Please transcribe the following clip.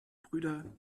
brüder